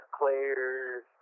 players